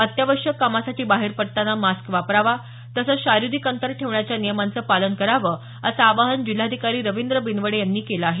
अत्यावश्यक कामासाठी बाहेर पडताना मास्क वापरावा तसंच शारीरिक अंतर ठेवण्याच्या नियमांचं पालन करावं असं आवाहन जिल्हाधिकारी रवींद्र बिनवडे यांनी केलं आहे